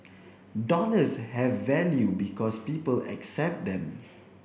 dollars have value because people accept them